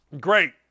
Great